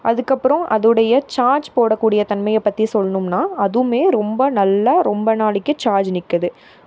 அதுக்கப்பறம் அதோட சார்ஜ் போடக்கூடிய தன்மையை பற்றி சொல்லணும்னா அதுவும் ரொம்ப நல்லா ரொம்ப நாளைக்கு சார்ஜ் நிற்குது